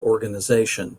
organisation